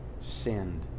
Sinned